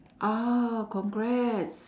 ah congrats